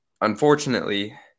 Unfortunately